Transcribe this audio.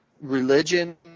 Religion